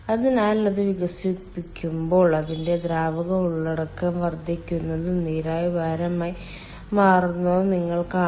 അതിനാൽ അത് വികസിക്കുമ്പോൾ അതിന്റെ ദ്രാവക ഉള്ളടക്കം വർദ്ധിക്കുന്നതും നീരാവി ഭാരമായി മാറുന്നതും നിങ്ങൾ കാണും